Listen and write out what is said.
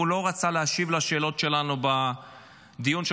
הוא לא רצה להשיב על השאלות שלנו בדיון של